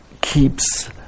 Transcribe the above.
keeps